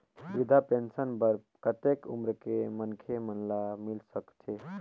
वृद्धा पेंशन बर कतेक उम्र के मनखे मन ल मिल सकथे?